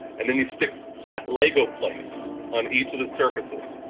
and then you stick flat lego plates on each of the surfaces.